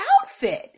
outfit